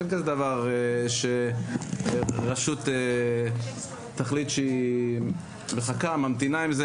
אין כזה דבר שרשות תחליט שהיא מחכה עם זה.